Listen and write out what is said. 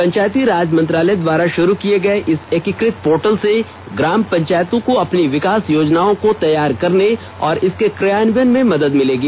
पंचायती राज मंत्रालय द्वारा शुरू किए गए इस एकीकत पोर्टल से ग्राम पंचायतों को अपनी विकास योजनाओं को तैयार करने और इसके क्रियान्वयन में मदद मिलेगी